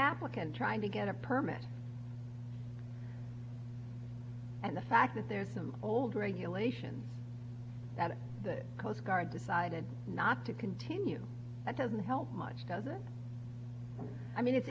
applicant trying to get a permit and the fact that there's no old regulations that the coast guard decided not to continue it doesn't help much does it i mean it's